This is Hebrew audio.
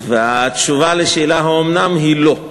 והתשובה על השאלה "האומנם?" היא לא.